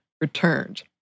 returned